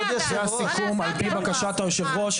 זה הסיכום, על פי בקשת היושב ראש.